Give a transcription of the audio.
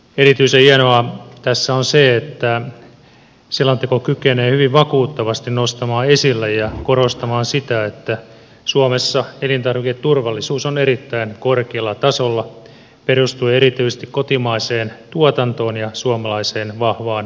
erityisen hienoa tässä on se että selonteko kykenee hyvin vakuuttavasti nostamaan esille ja korostamaan sitä että suomessa elintarviketurvallisuus on erittäin korkealla tasolla perustuu erityisesti kotimaiseen tuotantoon ja vahvaan suomalaiseen laatuajatteluun